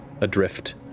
adrift